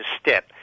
step